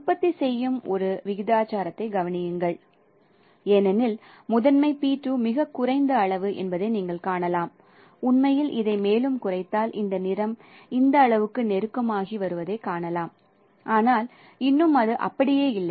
உற்பத்தி செய்யும் ஒரு விகிதாச்சாரத்தைக் கவனியுங்கள் ஏனெனில் முதன்மை P2 மிகக் குறைந்த அளவு என்பதை நீங்கள் காணலாம் உண்மையில் இதை மேலும் குறைத்தால் இந்த நிறம் இந்த அளவுக்கு நெருக்கமாகி வருவதைக் காணலாம் ஆனால் இன்னும் அது அப்படியே இல்லை